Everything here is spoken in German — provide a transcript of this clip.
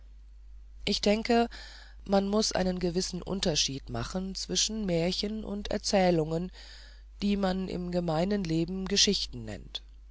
ich denke man muß einen gewissen unterschied machen zwischen märchen und erzählungen die man im gemeinen leben geschichten nennt